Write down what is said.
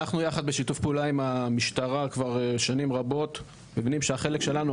אנחנו יחד בשיתוף פעולה עם המשטרה כבר שנים רבות מבינים שהחלק שלנו,